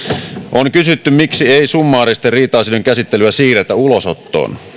on kysytty miksi ei summaaristen riita asioiden käsittelyä siirretä ulosottoon